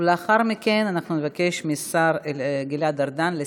ולאחר מכן אנחנו נבקש מהשר גלעד ארדן לסכם.